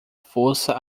força